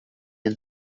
and